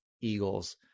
Eagles